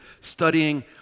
studying